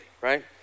right